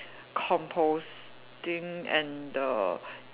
composting and the